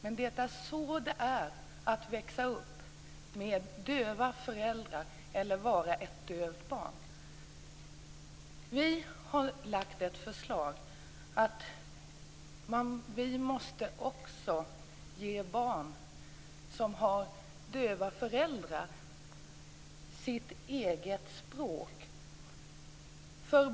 Det är så det är att växa upp med döva föräldrar, eller att vara ett dövt barn. Vi har lagt fram ett förslag om att vi också måste ge barn som har döva föräldrar deras eget språk.